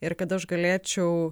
ir kad aš galėčiau